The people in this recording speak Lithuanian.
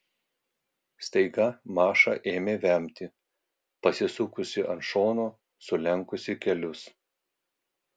staiga maša ėmė vemti pasisukusi ant šono sulenkusi kelius